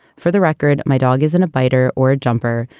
for the record, my dog isn't a biter or a jumper,